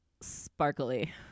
sparkly